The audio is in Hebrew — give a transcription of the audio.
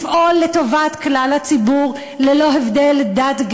לפעול לטובת כלל הציבור ללא הבדל דת,